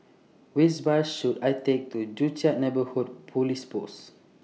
Which Bus should I Take to Joo Chiat Neighbourhood Police Post